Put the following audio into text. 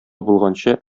булганчы